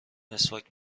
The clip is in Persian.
مسواک